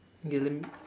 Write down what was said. ya then